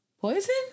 poison